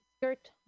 skirt